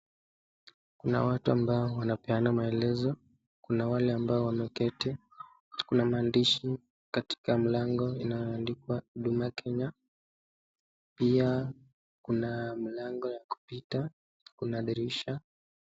Kuna watu ambao wanapeana maeleza, kuna wale ambao wameketi. Kuna maadishi katika mlango inaandikwa huduma kenya, pia kuna mlango ya kupita, kuna dirisha..